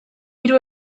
hiru